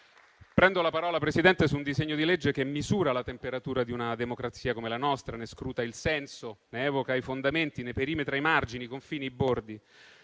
prendo la parola su un decreto-legge che misura la temperatura di una democrazia come la nostra, ne scruta il senso, ne evoca i fondamenti e ne perimetra i margini, i confini e i bordi.